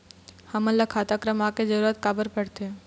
हमन ला खाता क्रमांक के जरूरत का बर पड़थे?